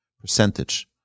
percentage